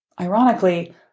Ironically